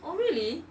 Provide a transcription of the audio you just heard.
oh really